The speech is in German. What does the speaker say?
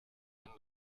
wenn